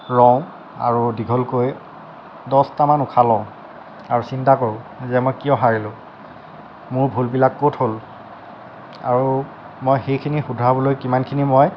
ৰওঁ আৰু দীঘলকৈ দহটামান উশাহ লওঁ আৰু চিন্তা কৰোঁ যে মই কিয় হাৰিলোঁ মোৰ ভুলবিলাক ক'ত হ'ল আৰু মই সেইখিনি শুধৰাবলৈ কিমানখিনি মই